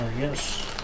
Yes